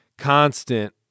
constant